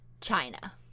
China